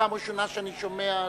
פעם ראשונה שאני שומע.